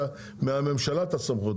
מהממשלה את הסמכות,